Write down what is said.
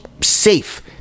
safe